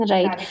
Right